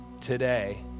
today